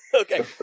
Okay